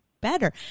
better